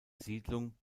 siedlung